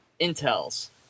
Intel's